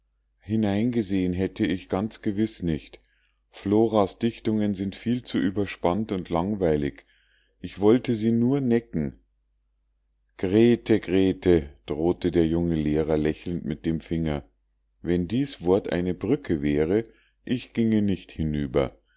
hineingesehen hätte ich ganz gewiß nicht floras dichtungen sind viel zu überspannt und langweilig ich wollte sie nur necken grete grete drohte der junge lehrer lächelnd mit dem finger wenn dies wort eine brücke wäre ich ginge nicht hinüber